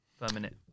permanent